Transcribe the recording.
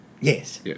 Yes